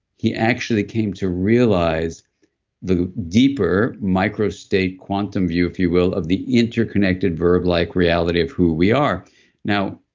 he actually came to realize the deeper micro state quantum view, if you will, of the interconnected verb-like reality of who we are now,